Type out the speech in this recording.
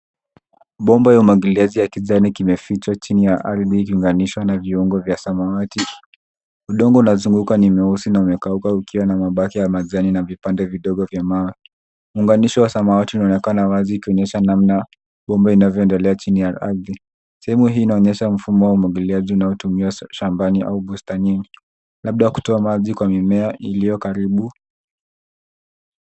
Bomba ya umwagiliaji ya kijani kimefichwa chini ya ardhi ikiunganishwa na viungo vya samawati. Udongo unaozunguka ni meusi na umekauka ukiwa na mabaki ya majani na vipande vidogo vya mawe. Muunganisho wa samawati unaonekana wazi ikionyesha namna bomba inavyoendelea chini ya ardhi. Sehemu hii inaonyesha mfumo wa umwagiliaji unaotumiwa shambani au bustanini, labda kutoa maji kwa mimea iliyo karibu.